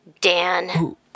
Dan